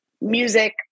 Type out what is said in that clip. music